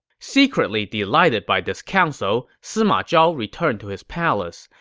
secretly delighted by this counsel, sima zhao returned to his palace.